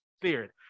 Spirit